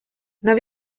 nav